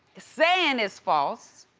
saying it's false.